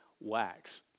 wax